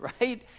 right